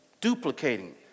duplicating